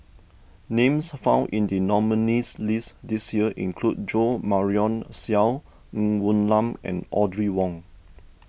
names found in the nominees' list this year include Jo Marion Seow Ng Woon Lam and Audrey Wong